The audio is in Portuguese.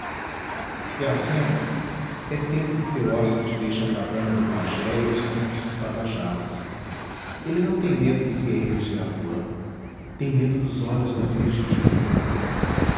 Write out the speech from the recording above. iracema é tempo que teu hóspede deixe a cabana do pajé e os campos dos tabajaras ele não tem medo dos guerreiros de irapuã tem medo dos olhos da virgem de tupã